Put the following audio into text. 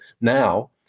now